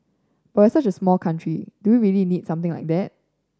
but we're such a small country do we really need something like that